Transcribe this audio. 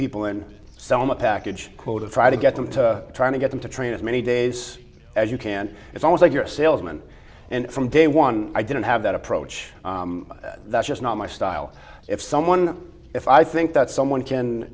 people in selma package quota try to get them to try to get them to train as many days as you can it's almost like you're a salesman and from day one i didn't have that approach that's just not my style if someone if i think that someone can